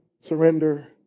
surrender